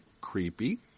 creepy